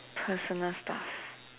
personal stuff